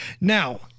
now